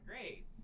great